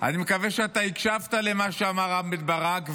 אני מקווה שהקשבת למה שאמר רם בן ברק.